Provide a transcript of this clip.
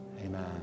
Amen